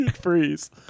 Freeze